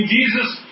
Jesus